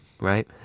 right